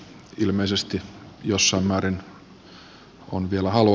ilmeisesti jossain määrin on vielä halua